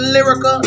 Lyrica